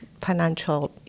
financial